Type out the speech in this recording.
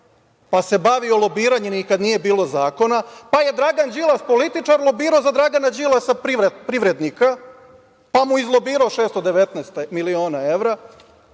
pa se bavio lobiranjem i kad nije bilo zakona. Pa, je Dragan Đilas političar lobirao za Dragana Đilasa privrednika, pa mu izlobirao 619 miliona evra.